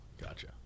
Gotcha